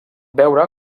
veure